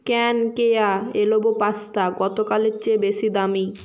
can কেয়া elbow pasta গতকালের চেয়ে বেশি দামি